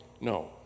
no